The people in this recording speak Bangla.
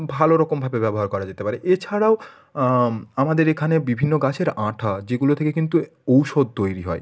ভালো রকমভাবে ব্যবহার করা যেতে পারে এছাড়াও আমাদের এখানে বিভিন্ন গাছের আঠা যেগুলো থেকে কিন্তু ঔষধ তৈরি হয়